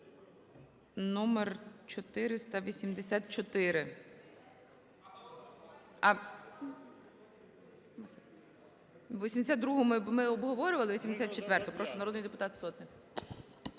номер 484. 82-у ми обговорювали. 84-а. Прошу, народний депутат Сотник.